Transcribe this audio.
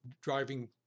driving